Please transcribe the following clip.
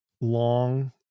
long